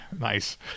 Nice